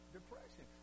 Depression